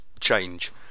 change